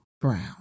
Brown